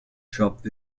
dropped